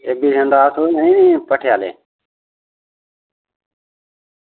एह् सेही न भट्ठे आह्ले